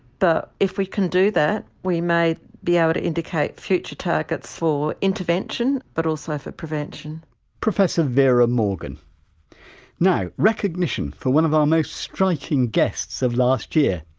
but if we can do that, we may be able to indicate future targets for intervention but also for prevention professor vera morgan now, recognition for one of our most striking guests of last year.